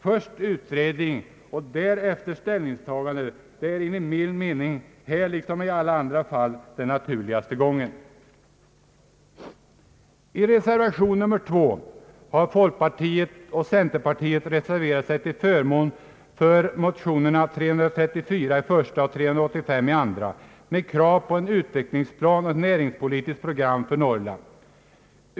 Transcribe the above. Först utredning och därefter ställningstaganden är enligt min mening här liksom i andra fall den naturliga gången. I reservationen nr 2 har folkpartiet och centerpartiet reserverat sig till förmån för motionerna I: 334 och II: 385 med krav på en utvecklingsplan och ett näringspolitiskt program för Norrland.